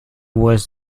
was